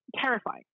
terrifying